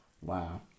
Wow